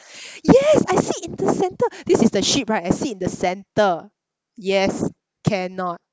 yes I sit in the centre this is the ship right I sit in the centre yes cannot